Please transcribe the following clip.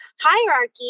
hierarchy